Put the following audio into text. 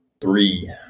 Three